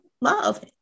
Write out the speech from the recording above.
love